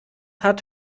hat